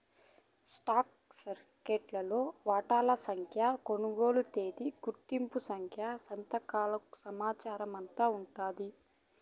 stock సరిఫికెట్లో వాటాల సంఖ్య, కొనుగోలు తేదీ, గుర్తింపు సంఖ్య, సంతకాల సమాచారమంతా ఉండాది